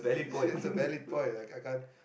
it's valid point I can't can't